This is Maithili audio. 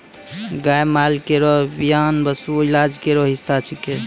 गाय माल केरो बियान पशु इलाज केरो हिस्सा छिकै